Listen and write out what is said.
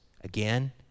again